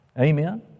Amen